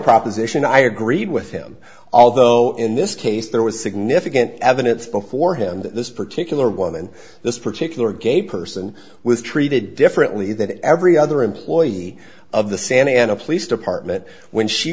proposition i agreed with him although in this case there was significant evidence before him that this particular woman this particular gay person was treated differently than every other employee of the santa ana police department when she